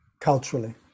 culturally